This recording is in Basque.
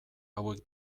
hauek